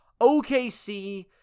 OKC